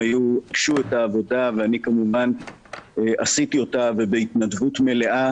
ביקשו את העבודה ואני כמובן עשיתי אותה ובהתנדבות מלאה